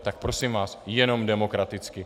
Tak prosím vás, jenom demokraticky.